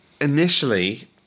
Initially